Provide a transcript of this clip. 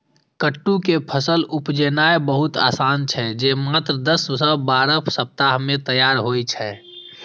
कट्टू के फसल उपजेनाय बहुत आसान छै, जे मात्र दस सं बारह सप्ताह मे तैयार होइ छै